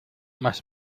más